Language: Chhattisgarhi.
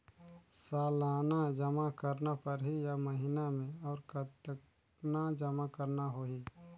सालाना जमा करना परही या महीना मे और कतना जमा करना होहि?